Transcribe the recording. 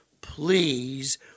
Please